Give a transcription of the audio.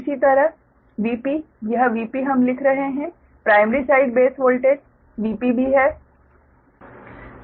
इसी तरह Vp यह Vp हम लिख रहे हैं primary side base voltage VpB है